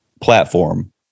platform